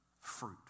fruit